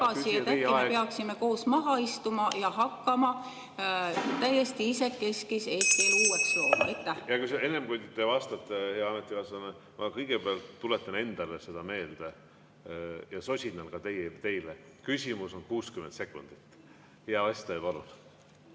et äkki me peaksime koos maha istuma ja hakkama täiesti isekeskis Eesti elu uueks looma. Hea küsija! Enne, kui te vastate, hea ametikaaslane, ma kõigepealt tuletan seda endale meelde ja sosinal ka küsijale: küsimus on 60 sekundit. Hea vastaja, palun!